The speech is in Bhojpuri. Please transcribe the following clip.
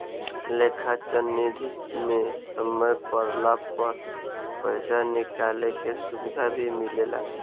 लेखा चल निधी मे समय पड़ला पर पइसा निकाले के सुविधा भी मिलेला